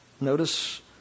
Notice